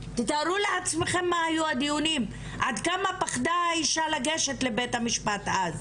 תתארו לעצמכם מה היו הדיונים ועד כמה פחדה האישה לגשת לבית המשפט אז.